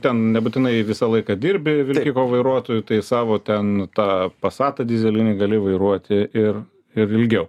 ten nebūtinai visą laiką dirbi vilkiko vairuotoju tai savo ten tą pasatą dyzelinį gali vairuoti ir ir ilgiau